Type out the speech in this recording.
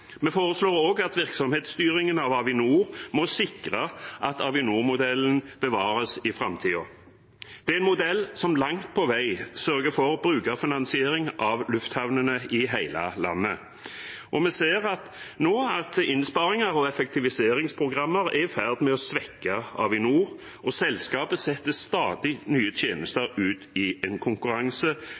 Vi foreslår også at virksomhetsstyringen av Avinor må sikre at Avinor-modellen bevares i framtiden. Det er en modell som langt på vei sørger for brukerfinansiering av lufthavnene i hele landet. Vi ser nå at innsparinger og effektiviseringsprogrammer er i ferd med å svekke Avinor, og selskapet setter stadig nye tjenester ut i en konkurranse,